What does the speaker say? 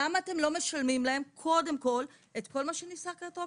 למה אתם לא משלמים להם קודם כל את כל מה שנפסק רטרואקטיבית?